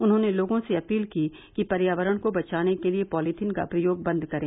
उन्होंने लोगों से अपील की कि पर्यावरण को बचाने के लिए पॉलिथिन का प्रयोग बंद करें